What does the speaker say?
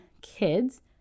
kids